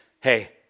hey